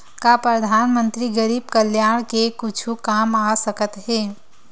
का परधानमंतरी गरीब कल्याण के कुछु काम आ सकत हे